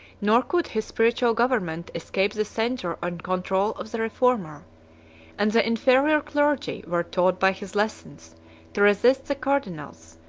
nor could his spiritual government escape the censure and control of the reformer and the inferior clergy were taught by his lessons to resist the cardinals,